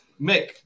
Mick